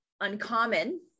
uncommon